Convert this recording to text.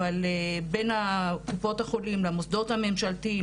בין קופות החולים למוסדות הממשלתיים,